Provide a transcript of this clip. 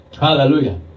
Hallelujah